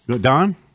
Don